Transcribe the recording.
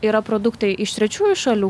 yra produktai iš trečiųjų šalių